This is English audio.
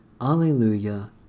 Alleluia